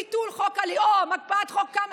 "ביטול חוק הלאום", "הקפאת חוק קמיניץ"